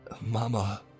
Mama